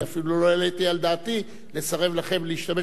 אני אפילו לא העליתי על דעתי לסרב לכם להשתמש